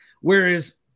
Whereas